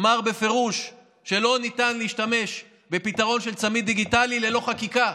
אמר בפירוש שלא ניתן להשתמש בפתרון של צמיד דיגיטלי ללא חקיקה.